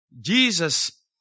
Jesus